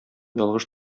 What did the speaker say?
ялгыш